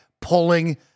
pulling